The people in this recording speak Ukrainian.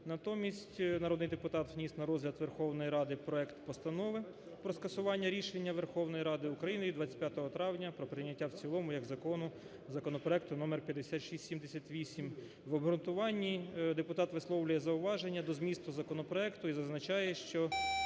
Натомість народний депутат вніс на розгляд Верховної Ради проект Постанови про скасування рішення Верховної Ради України від 25 травня про прийняття в цілому як закону законопроекту № 5678. В обґрунтуванні депутат висловлює зауваження до змісту законопроекту і зазначає, що